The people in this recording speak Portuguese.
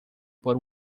por